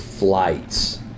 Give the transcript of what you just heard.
flights